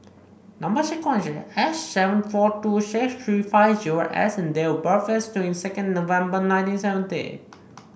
number sequence is S seven four two six tree five zero S and date of birth is second November nineteen seventy